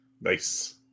Nice